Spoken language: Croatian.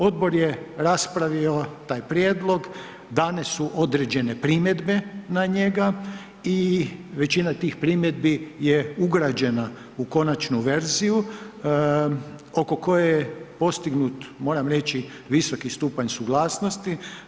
Odbor je raspravio taj prijedlog, dane su određene primjedbe na njega i većina tih primjedbi je ugrađena u konačnu verziju oko koje je postignut, moram reći visoki stupanj suglasnosti.